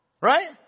Right